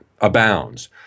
abounds